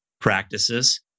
practices